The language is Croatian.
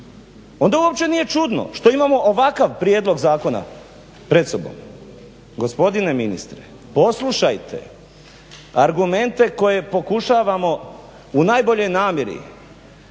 Onda uopće nije čudno što imamo ovakav prijedlog zakona pred sobom. Gospodine ministre, poslušajte argumente koje pokušavamo u najboljoj namjeri